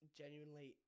genuinely